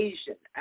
Asian